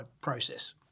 process